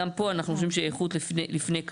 גם פה, אנחנו חושבים איכות לפני כמות.